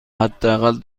حداقل